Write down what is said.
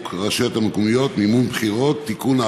הרשויות המקומיות (מימון בחירות) (תיקון,